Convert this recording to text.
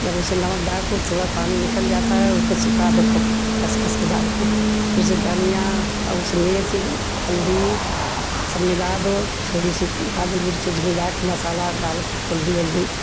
जब उसे नमक डाल के थोड़ा पानी निकल जाता है उसको सुखा दो ख़ूब कस कस के गार के फिर से धनिया और उसमें मिर्ची हल्दी सब मिला दो थोड़ी सी काली मिर्च उरच मिला के मसाला डाल के कुल्ही उल्ही